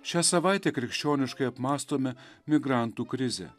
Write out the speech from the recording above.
šią savaitę krikščioniškai apmąstome migrantų krizę